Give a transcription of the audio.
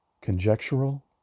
conjectural